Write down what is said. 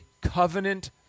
covenant